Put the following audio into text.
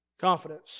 Confidence